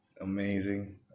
Amazing